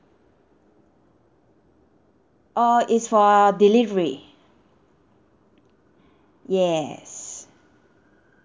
oh is for delivery yes